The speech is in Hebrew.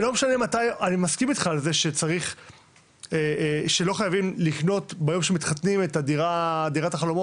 שלא משנה מתי ואני מסכים איתך על זה שלא צריך לקנות את דירת החלומות